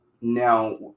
now